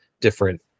different